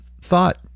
thought